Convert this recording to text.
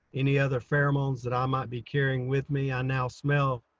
any other pheromones that i might be carrying with me. i now smell,